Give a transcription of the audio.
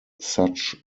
such